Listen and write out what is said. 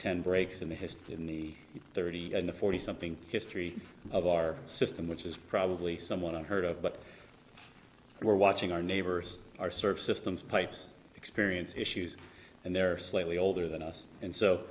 ten breaks in the history in the thirty to forty something history of our system which is probably someone i've heard of but we're watching our neighbors our service systems pipes experience issues and they're slightly older than us and so